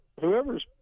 whoever's –